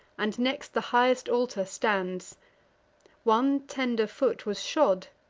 and next the highest altar stands one tender foot was shod,